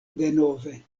denove